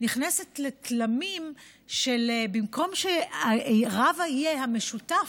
נכנסת לתלמים שבמקום שרב יהיה המשותף,